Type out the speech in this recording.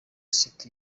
sefu